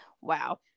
wow